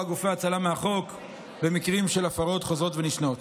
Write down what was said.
גופי הצלה מהחוק במקרים של הפרות חוזרות ונשנות.